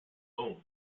own